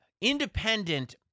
independent